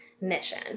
mission